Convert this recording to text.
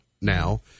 now